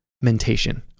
mentation